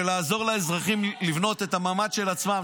ולעזור לאזרחים לבנות את הממ"ד של עצמם,